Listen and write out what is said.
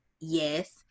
Yes